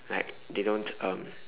like they don't um